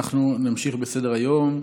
אנחנו נמשיך בסדר-היום,